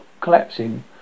collapsing